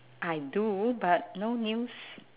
I do but no news